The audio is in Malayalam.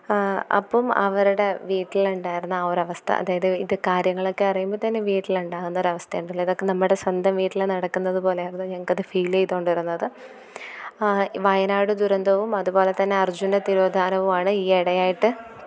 അപ്പം അവരുടെ വീട്ടിലുണ്ടായിരുന്ന ആ ഒരു അവസ്ഥ അതായത് ഇത് കാര്യങ്ങളൊക്കെ അറിയുമ്പം തന്നെ വീട്ടിലുണ്ടാവുന്ന ഒരു അവസ്ഥ ഉണ്ടല്ലോ ഇതൊക്കെ നമ്മുടെ സ്വന്തം വീട്ടിൽ നടക്കുന്നത് പോലെയായിരുന്നു ഞങ്ങൾക്ക് അത് ഫീല് ചെയ്തുകൊണ്ടിരുന്നത് ഈ വയനാട് ദുരന്തവും അതുപോലെത്തന്നെ അര്ജുന്റെ തിരോധാനവുവാണ് ഈയിടയായിട്ട്